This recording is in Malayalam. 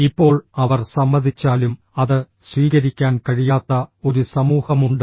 ഇപ്പോൾ അവർ സമ്മതിച്ചാലും അത് സ്വീകരിക്കാൻ കഴിയാത്ത ഒരു സമൂഹമുണ്ട്